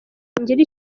ngire